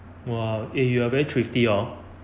!wah! eh you are very thrifty orh